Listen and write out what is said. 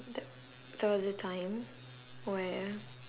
ther~ there was a time where